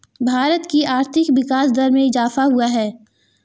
भारत की आर्थिक विकास दर में इजाफ़ा हुआ है